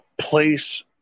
place